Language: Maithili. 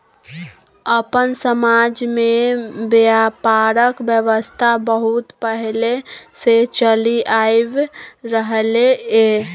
अपन समाज में ब्यापारक व्यवस्था बहुत पहले से चलि आइब रहले ये